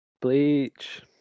Bleach